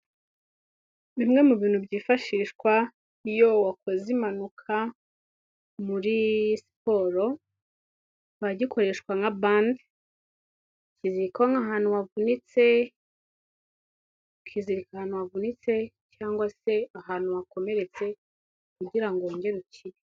Bimwe mu bintu byifashishwa iyo wakoze impanuka muri siporo, kikaba gikoreshwa nka bande, ukizirikaho nk'ahantu wavunitse, ukizirika ahantu wavunitse cyangwa se ahantu wakomeretse kugira ngo wongere ukire.